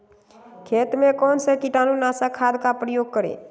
खेत में कौन से कीटाणु नाशक खाद का प्रयोग करें?